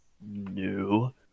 new